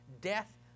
death